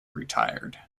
retired